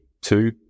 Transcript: two